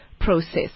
process